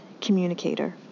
communicator